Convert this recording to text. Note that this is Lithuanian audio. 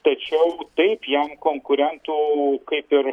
tačiau taip jiem konkurentų kaip ir